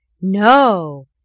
No